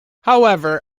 however